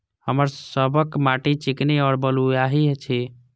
हमर सबक मिट्टी चिकनी और बलुयाही छी?